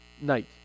night